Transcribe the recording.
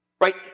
right